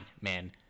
Man